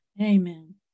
Amen